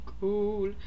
cool